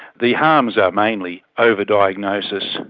the harms are mainly overdiagnosis,